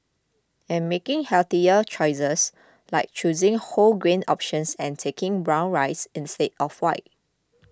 and making healthier choices like choosing whole grain options and taking brown rice instead of white